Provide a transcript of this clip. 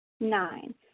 Nine